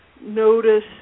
notice